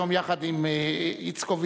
יחד עם איצקוביץ,